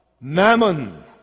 Mammon